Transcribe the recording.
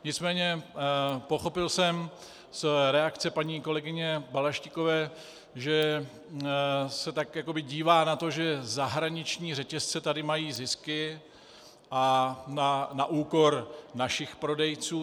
Nicméně pochopil jsem z reakce paní kolegyně Balaštíkové, že se tak jakoby dívá na to, že zahraniční řetězce tady mají zisky na úkor našich prodejců.